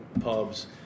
pubs